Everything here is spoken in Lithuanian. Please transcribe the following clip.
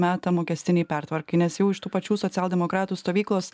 metą mokestinei pertvarkai nes jau iš tų pačių socialdemokratų stovyklos